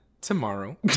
tomorrow